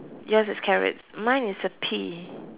yours is carrots mine is a pea